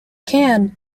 can